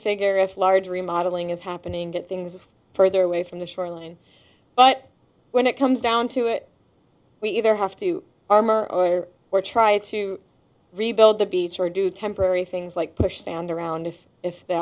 figure if large remodelling is happening good things further away from the shoreline but when it comes down to it we either have to armor or try to rebuild the beach or do temporary things like push stand around if if the